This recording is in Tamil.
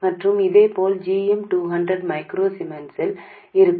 மற்றும் இதேபோல் g m 200 மைக்ரோ சீமென்ஸில் இருக்கும்